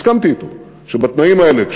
הסכמתי אתו שבתנאים האלה,